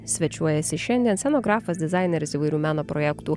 svečiuojasi šiandien scenografas dizaineris įvairių meno projektų